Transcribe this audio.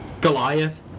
Goliath